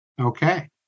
Okay